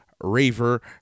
Raver